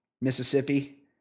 Mississippi